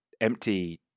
empty